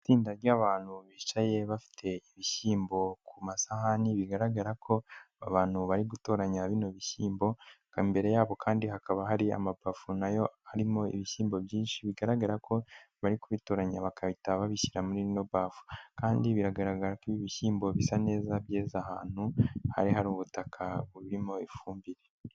Itsinda ry'abantu bicaye bafite ibishyimbo ku masahani bigaragara ko abantu bari gutoranya bino bishyimbo nka mbere yabo kandi hakaba hari amapafu nayo arimo ibishyimbo byinshi bigaragara ko bari kubitoranya bagahita babishyira muri nobeve kandi biragaragara ko ibi bishyimbo bisa neza byeze ahantu hari hari ubutaka burimo ifumbire.